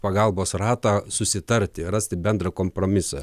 pagalbos ratą susitarti rasti bendrą kompromisą